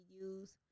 use